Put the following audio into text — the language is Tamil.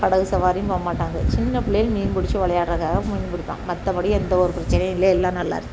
படகு சவாரியும் போக மாட்டாங்க சின்னப் பிள்ளைகள் மீன் பிடிச்சு விளையாடுறத்துக்காக மீன் பிடிப்பாங்க மற்றப்படி எந்த ஒரு பிரச்சனையும் இல்லை எல்லாம் நல்லா இருந்துச்சி